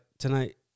Tonight